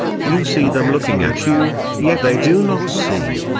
you see them looking at you, yet they do not see.